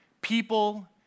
People